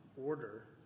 order